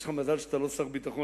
יש לך מזל שאתה לא שר הביטחון,